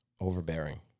Overbearing